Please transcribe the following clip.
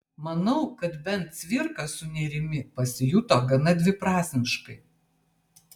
manau kad bent cvirka su nėrimi pasijuto gana dviprasmiškai